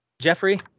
Jeffrey